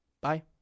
bye